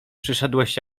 przyszedłeś